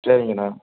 சரிங்கண்ணா